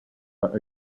but